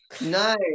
no